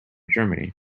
germany